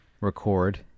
record